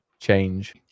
change